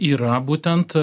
yra būtent